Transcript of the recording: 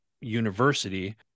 university